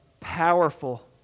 powerful